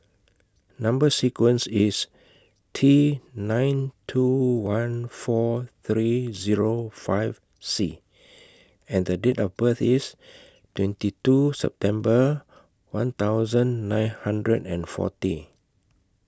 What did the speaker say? Number sequence IS T nine two one four three Zero five C and The Date of birth IS twenty two September one thousand nine hundred and forty